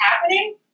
happening